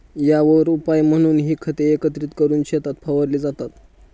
यावर उपाय म्हणून ही खते एकत्र करून शेतात फवारली जातात